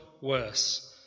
worse